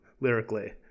lyrically